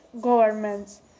governments